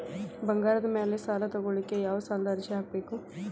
ಬಂಗಾರದ ಮ್ಯಾಲೆ ಸಾಲಾ ತಗೋಳಿಕ್ಕೆ ಯಾವ ಸಾಲದ ಅರ್ಜಿ ಹಾಕ್ಬೇಕು?